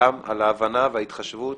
גם על ההבנה, ההתחשבות